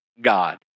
God